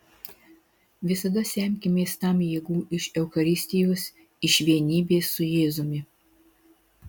visada semkimės tam jėgų iš eucharistijos iš vienybės su jėzumi